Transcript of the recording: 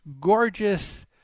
gorgeous